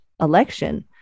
election